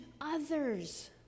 others